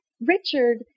Richard